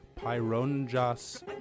Pyronjas